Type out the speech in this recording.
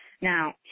Now